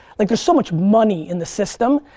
like there's so much money in the system.